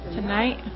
Tonight